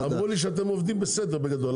אמרו לי שאתם עובדים בסדר בגדול,